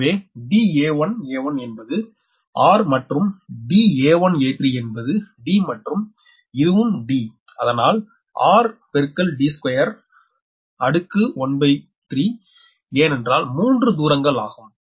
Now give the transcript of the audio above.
எனவே da1a1 என்பது r மற்றும் da1a3என்பது d மற்றும் இதுவும் d அதனால் ⅓ ஏனென்றால் 3 தூரங்கள் ஆகும்